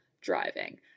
driving